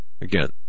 Again